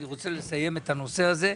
אני רוצה לסיים את הנושא הזה,